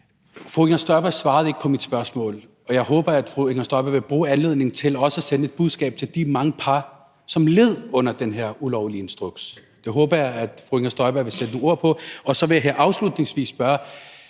Fru Inger Støjberg svarede ikke på mit spørgsmål, og jeg håber, at fru Inger Støjberg vil bruge anledningen til også at sende et budskab til de mange par, som led under den her ulovlige instruks. Jeg håber, at fru Inger Støjberg vil sætte nogle ord på det. Og så vil jeg afslutningsvis spørge: